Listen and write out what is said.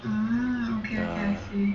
ya